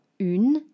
une